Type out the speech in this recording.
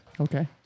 Okay